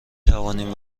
توانیم